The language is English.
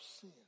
sin